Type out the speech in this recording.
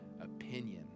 opinion